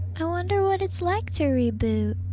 i wonder what it's like to reboot?